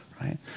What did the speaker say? Right